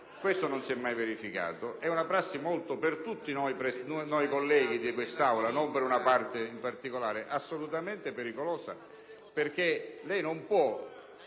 Questo non si è mai verificato ed è una prassi per tutti noi colleghi di quest'Aula - non per una parte in particolare - assolutamente pericolosa, perché lei non può